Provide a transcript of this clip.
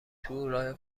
تو، راه